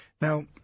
Now